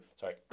Sorry